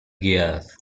guiadas